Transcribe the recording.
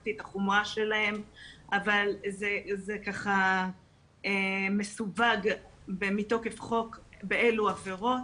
סיווגתי את החומרה שלהם אבל זה מסווג מתוך חוק באילו עבירות,